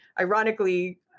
ironically